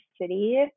city